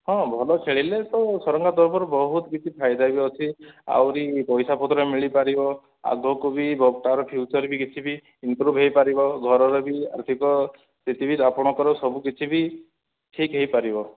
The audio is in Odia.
ହଁ ଭଲ ଖେଳିଲେ ତ ସରକାରଙ୍କ ତରଫରୁ ବହୁତ କିଛି ଫାଇଦା ବି ଅଛି ଆହୁରି ପଇସାପତ୍ର ମିଳିପାରିବ ଆଗକୁ ବି ତାର ଫ୍ୟୁଚର୍ ବି କିଛି ବି ଇମ୍ପ୍ରୁଭ୍ ହେଇପାରିବ ଘରର ବି ଆର୍ଥିକ ସ୍ଥିତି ବି ଅପଣଙ୍କର ସବୁକିଛି ବି ଠିକ୍ ହେଇପାରିବ